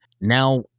Now